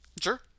Sure